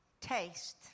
taste